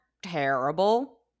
terrible